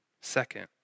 second